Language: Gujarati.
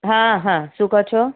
હા હા શું કહો છો